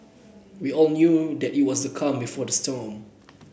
we all knew that it was the calm before the storm